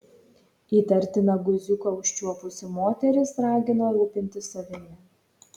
įtartiną guziuką užčiuopusi moteris ragina rūpintis savimi